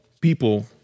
people